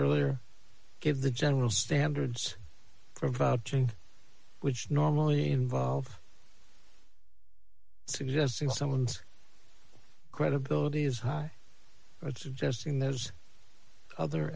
earlier give the general standards for about june which normally involve suggesting someone's credibility is high it's vesting there's other